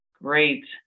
Great